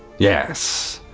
yes,